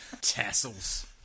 tassels